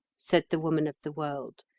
said the woman of the world,